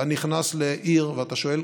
אתה נכנס לעיר ואתה שואל: